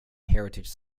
heritage